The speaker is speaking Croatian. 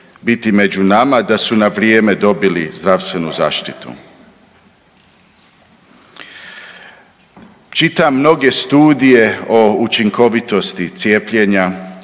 biti među nama da su na vrijeme dobili zdravstvenu zaštitu? Čitam mnoge studije o učinkovitosti cijepljenja,